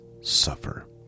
suffer